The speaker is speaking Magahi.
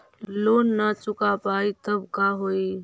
लोन न चुका पाई तब का होई?